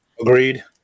Agreed